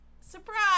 Surprise